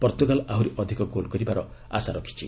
Portugal ଆହୁରି ଅଧିକ goal କରିବାର ଆଶା ରଖିଛି